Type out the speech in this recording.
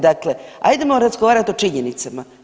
Dakle, ajdemo razgovarati o činjenicama.